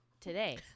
today